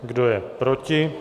Kdo je proti?